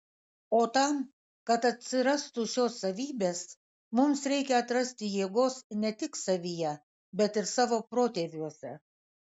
o tam kad atsirastų šios savybės mums reikia atrasti jėgos ne tik savyje bet ir savo protėviuose